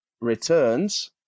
returns